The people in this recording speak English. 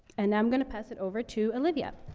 and i'm going to pass it over to olivia.